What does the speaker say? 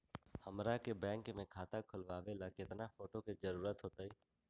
हमरा के बैंक में खाता खोलबाबे ला केतना फोटो के जरूरत होतई?